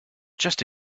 just